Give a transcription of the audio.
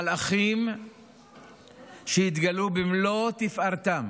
מלאכים שהתגלו במלוא תפארתם,